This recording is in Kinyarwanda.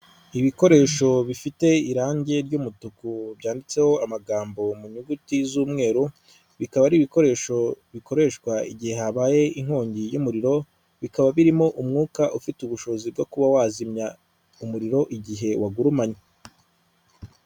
Ibikoresho bifite irangi ry'umutuku byanditseho amagambo mu nyuguti z'umweru, bikaba ari ibikoresho bikoreshwa igihe habaye inkongi y'umuriro. Bikaba birimo umwuka ufite ubushobozi bwo kuba wazimya umuriro igihe wagurumanye.